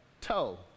toe